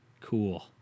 Cool